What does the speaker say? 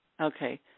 Okay